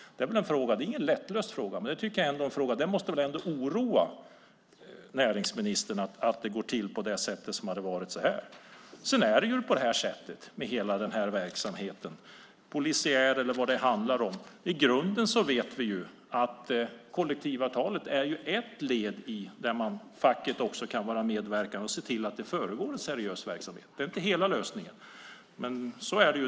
Det är ingen lättlöst fråga, men det måste väl trots allt oroa näringsministern att det går till på det sätt som har skett. När det gäller hela den här verksamheten, polisiär eller vad det nu är, vet vi att kollektivavtalet i grunden är ett led där också facket kan medverka och se till att det förekommer en seriös verksamhet. Det är inte hela lösningen, men så är det.